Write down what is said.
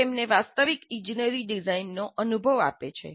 તે તેમને વાસ્તવિક ઇજનેરી ડિઝાઇનનો અનુભવ આપે છે